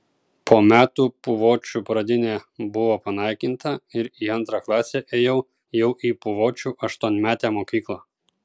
po metų puvočių pradinė buvo panaikinta ir į antrą klasę ėjau jau į puvočių aštuonmetę mokyklą